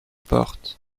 portes